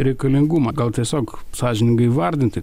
reikalingumą gal tiesiog sąžiningai įvardinti